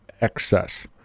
excess